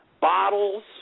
bottles